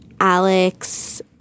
Alex